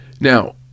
Now